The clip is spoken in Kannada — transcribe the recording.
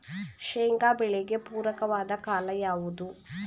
ಶೇಂಗಾ ಬೆಳೆಗೆ ಪೂರಕವಾದ ಕಾಲ ಯಾವುದು?